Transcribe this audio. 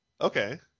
okay